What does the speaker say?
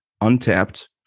untapped